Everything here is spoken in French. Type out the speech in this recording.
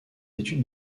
études